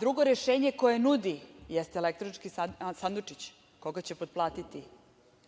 Drugo rešenje koje nudi jeste elektronski sandučić. Koga će potplatiti,